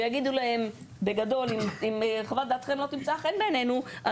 ויגידו להם בגדול: ״אם חוות דעתכם לא תמצא חן בעינינו״.